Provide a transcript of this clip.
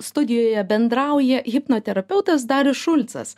studijoje bendrauja hipnoterapeutas darius šulcas